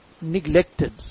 neglected